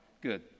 Good